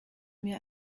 mir